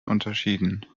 unterschieden